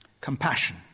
Compassion